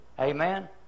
Amen